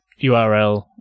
URL